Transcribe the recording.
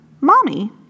Mommy